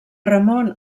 ramon